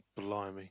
Blimey